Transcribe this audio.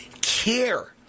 care